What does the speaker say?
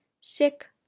Sick